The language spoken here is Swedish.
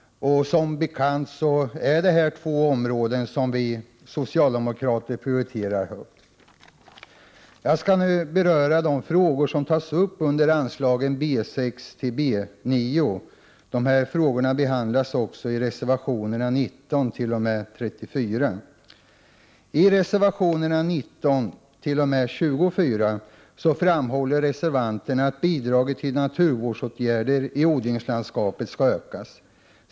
Som bekant är detta två områden som vi socialdemokrater prioriterar högt. Jag skall nu beröra de frågor som tas upp under anslagen B6-B9. Dessa frågor behandlas också i reservationerna 19-34. I reservation 19-24 framhåller reservanterna att bidraget till naturvårdsåtgärder i odlingslandskapet skall ökas.